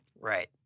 Right